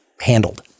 handled